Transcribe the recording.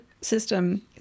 system